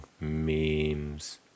memes